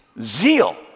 Zeal